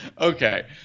Okay